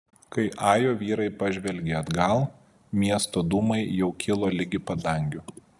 kai ajo vyrai pažvelgė atgal miesto dūmai jau kilo ligi padangių